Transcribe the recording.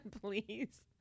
please